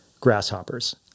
grasshoppers